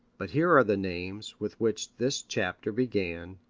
but here are the names with which this chapter began,